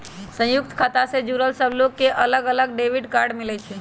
संयुक्त खाता से जुड़ल सब लोग के अलग अलग डेबिट कार्ड मिलई छई